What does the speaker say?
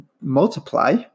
multiply